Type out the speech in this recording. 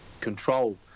control